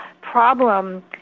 problem